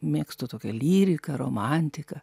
mėgstu tokią lyriką romantiką